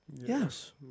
Yes